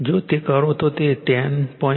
જો તે કરો તો તે 10